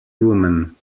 woman